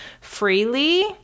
freely